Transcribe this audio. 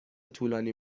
طولانی